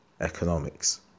economics